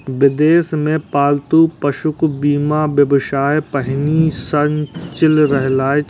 विदेश मे पालतू पशुक बीमा व्यवसाय पहिनहि सं चलि रहल छै